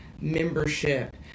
membership